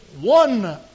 one